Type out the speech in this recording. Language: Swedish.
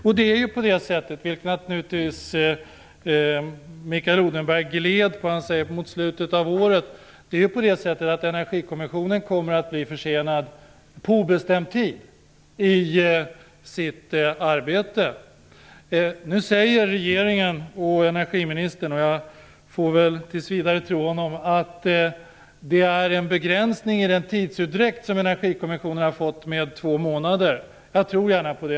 Mikael Odenberg svävade på ordet när han sade "mot slutet av året". Energikommissionen kommer ju att bli försenad på obestämd tid i sitt arbete. Nu säger regeringen och energiministern, och jag får väl tills vidare tro honom, att det finns en begränsning med två månader i den tidsutdräkt som Energikommissionen har fått. Jag tror gärna på det.